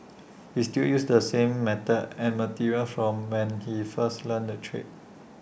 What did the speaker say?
he still uses the same method and materials from when he first learnt the trade